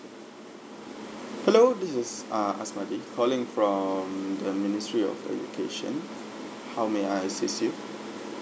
hello this is ah asmadi calling from the ministry of education how may I assist you